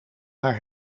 haar